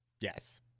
Yes